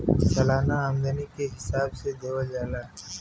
सालाना आमदनी के हिसाब से लेवल जाला